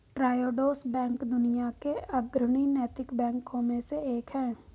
Triodos bank दुनिया के अग्रणी नैतिक बैंकों में से एक है